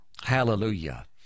Hallelujah